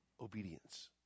obedience